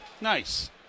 Nice